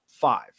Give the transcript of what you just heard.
five